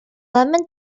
lemon